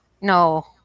No